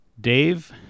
Dave